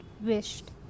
wished